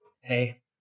Hey